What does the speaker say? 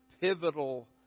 pivotal